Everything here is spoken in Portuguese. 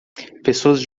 pessoas